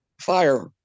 fire